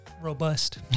Robust